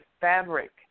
fabric